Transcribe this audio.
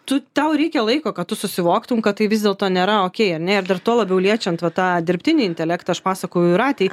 tu tau reikia laiko kad tu susivoktum kad tai vis dėlto nėra okei ar ne ir dar tuo labiau liečiant vat tą dirbtinį intelektą aš pasakojau jūratei